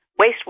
wastewater